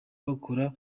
bakora